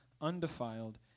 undefiled